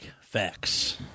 Facts